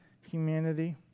humanity